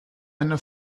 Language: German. eine